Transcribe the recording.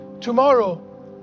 tomorrow